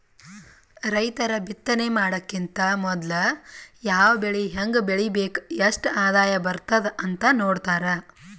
ರೈತರ್ ಬಿತ್ತನೆ ಮಾಡಕ್ಕಿಂತ್ ಮೊದ್ಲ ಯಾವ್ ಬೆಳಿ ಹೆಂಗ್ ಬೆಳಿಬೇಕ್ ಎಷ್ಟ್ ಆದಾಯ್ ಬರ್ತದ್ ಅಂತ್ ನೋಡ್ತಾರ್